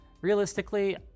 realistically